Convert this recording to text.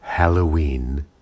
Halloween